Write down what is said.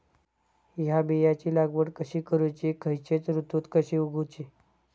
हया बियाची लागवड कशी करूची खैयच्य ऋतुत कशी उगउची?